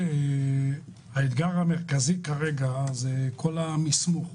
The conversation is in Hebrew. האתגר המרכזי כרגע הוא כל המסמכים.